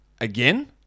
Again